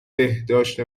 بهداشت